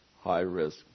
high-risk